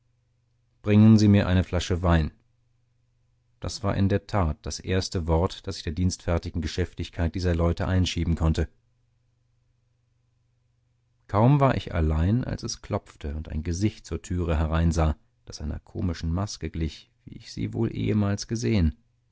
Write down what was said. bringen sie mir eine flasche wein das war in der tat das erste wort das ich der dienstfertigen geschäftigkeit dieser leute einschieben konnte kaum war ich allein als es klopfte und ein gesicht zur türe hereinsah das einer komischen maske glich wie ich sie wohl ehemals gesehen